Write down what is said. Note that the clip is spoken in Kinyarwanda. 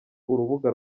urubuga